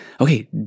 okay